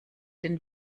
den